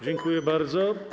Dziękuję bardzo.